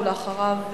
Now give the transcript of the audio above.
ואחריו,